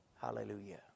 Hallelujah